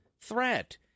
threat